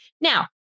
Now